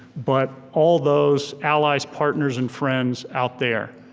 but all those allies, partners, and friends out there.